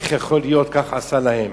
איך יכול להיות שכך עשה להם,